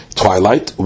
twilight